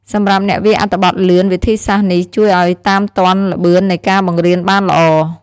សម្រាប់អ្នកវាយអត្ថបទលឿន វិធីសាស្ត្រនេះជួយឲ្យតាមទាន់ល្បឿននៃការបង្រៀនបានល្អ។